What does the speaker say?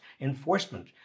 enforcement